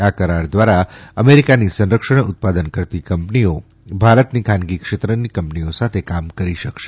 આ કરાર દ્વારા અમેરિકાની સંરક્ષણ ઉત્પાદન કરતી કંપનીઓ ભારતની ખાનગી ક્ષેત્રની કંપનીઓ સાથે કામ કરી શકશે